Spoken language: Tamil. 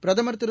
பிரதமர் திரு